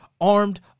armed